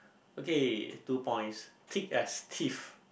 okay two points thick as thieves